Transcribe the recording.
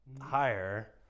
higher